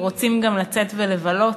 רוצים גם לצאת ולבלות,